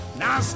now